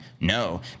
No